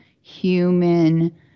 human